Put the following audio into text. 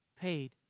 paid